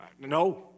No